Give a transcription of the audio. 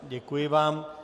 Děkuji vám.